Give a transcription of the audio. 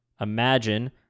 imagine